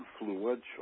influential